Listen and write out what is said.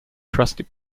crusty